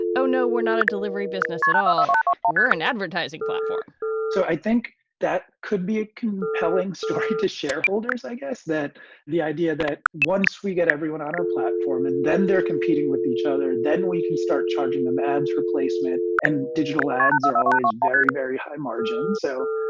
oh no, we're not a delivery business at all we're an advertising platform so i think that could be a compelling story to shareholders. i guess that the idea that once we get everyone on our platform and then they're competing with each other, then we can start charging them ads for placement. and digital ads are always very, very high margin. so,